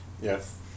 Yes